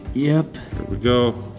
yep. here we go.